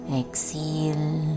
exhale